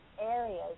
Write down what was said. areas